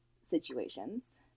situations